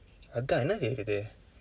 அதான் என்ன கேட்குது:athaan enna keetkuthu